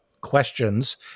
questions